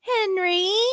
Henry